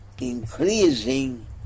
increasing